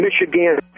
Michigan